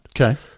Okay